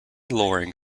loring